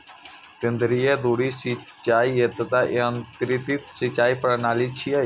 केंद्रीय धुरी सिंचाइ एकटा यंत्रीकृत सिंचाइ प्रणाली छियै